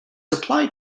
applied